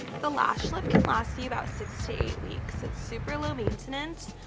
the lash lift can last you about six to eight weeks. it's super low maintenance.